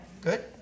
Good